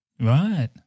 Right